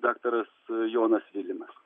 daktaras jonas vilimas